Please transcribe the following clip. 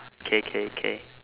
okay okay okay